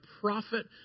prophet